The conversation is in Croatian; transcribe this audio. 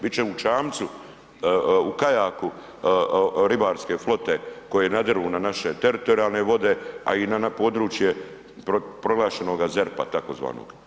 Bit će u čamcu, u kajaku ribarske flote koje nadiru na naše teritorijalne vode a i na područje proglašenoga ZERP-a tzv.